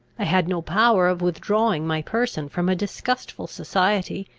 i had no power of withdrawing my person from a disgustful society,